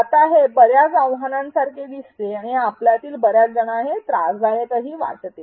आता हे बर्याच आव्हानांसारखे दिसते आणि आपल्यातील बर्याच जणांना हे त्रासदायक वाटते